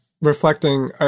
reflecting